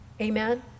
Amen